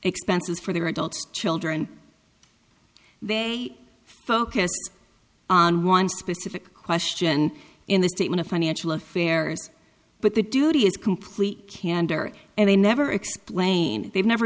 expenses for their adult children they focused on one specific question in the statement of financial affairs but the duty is complete candor and they never explain they've never